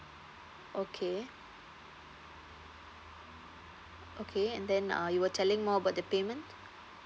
okay okay and then uh you were telling more about the payment